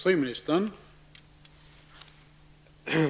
Herr talman!